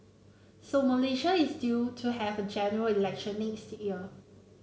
so Malaysia is due to have a General Election next year